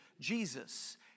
Jesus